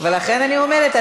ולכן אני אומרת,